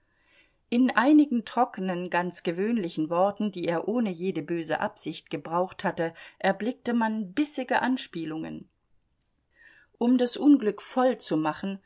in einigen trockenen ganz gewöhnlichen worten die er ohne jede böse absicht gebraucht hatte erblickte man bissige anspielungen um das unglück voll zu machen